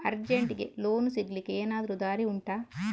ಅರ್ಜೆಂಟ್ಗೆ ಲೋನ್ ಸಿಗ್ಲಿಕ್ಕೆ ಎನಾದರೂ ದಾರಿ ಉಂಟಾ